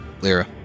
Lyra